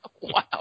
Wow